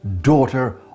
daughter